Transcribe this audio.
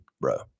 bro